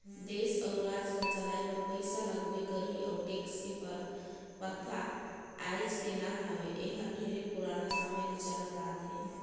देस अउ राज ल चलाए बर पइसा लगबे करही अउ टेक्स के परथा आयज के न हवे एहर ढेरे पुराना समे ले चलत आथे